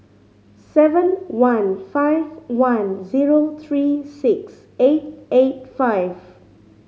seven one five one zero three six eight eight five